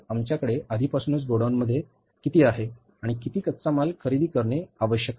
आमच्याकडे आधीपासून गोडाऊनमध्ये किती कच्चा माल आहे आणि किती कच्चा माल खरेदी करणे आवश्यक आहे